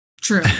True